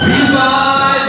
Revive